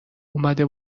اومده